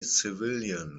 civilian